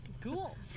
Cool